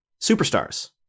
superstars